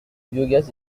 biogaz